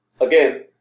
Again